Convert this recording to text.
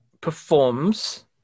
performs